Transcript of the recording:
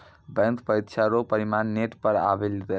bank परीक्षा रो परिणाम नेट पर आवी गेलै